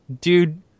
dude